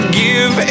give